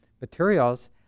materials